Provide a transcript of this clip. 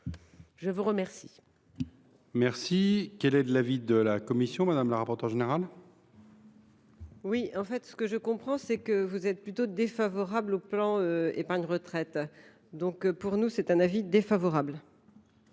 Je vous remercie,